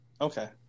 Okay